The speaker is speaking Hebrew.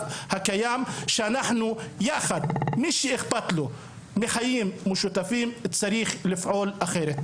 הקיים,] שאנחנו יחד מי שאכפת לו מהחיים המשותפים צריך לפעול אחרת,